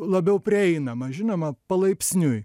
labiau prieinama žinoma palaipsniui